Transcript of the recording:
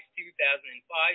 2005